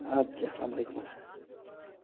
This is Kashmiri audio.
آد کیٛاہ السلام علیکُم حظ